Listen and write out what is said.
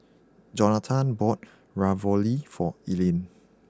Jonatan bought Ravioli for Elaina